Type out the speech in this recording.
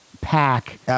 pack